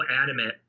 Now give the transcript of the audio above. adamant